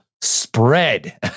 spread